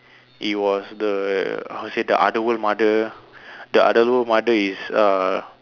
it was the how you say the other world mother the other world mother is err